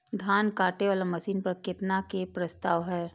धान काटे वाला मशीन पर केतना के प्रस्ताव हय?